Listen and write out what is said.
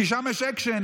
כי שם יש אקשן,